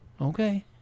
okay